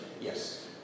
Yes